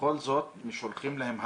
שבכל זאת שולחים להם התראות.